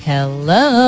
Hello